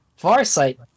Farsight